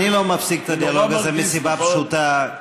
אני לא מפסיק את הדיאלוג הזה מסיבה פשוטה,